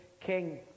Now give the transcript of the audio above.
king